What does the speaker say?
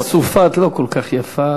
המילה אסופת, לא כל כך יפה.